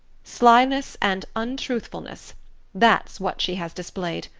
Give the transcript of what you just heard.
slyness and untruthfulness that's what she has displayed.